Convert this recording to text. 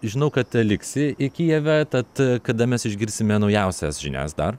žinau kad liksi į kijeve tad kada mes išgirsime naujausias žinias dar